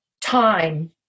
time